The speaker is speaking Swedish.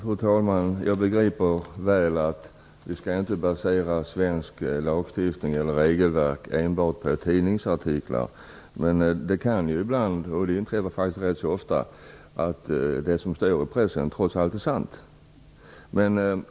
Herr talman! Jag begriper väl att vi inte skall basera svensk lagstiftning eller svenskt regelverk enbart på tidningsartiklar, men det kan ibland vara så - det inträffar rätt ofta - att det som står i pressen trots allt är sant.